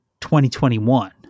2021